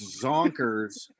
zonkers